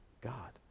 God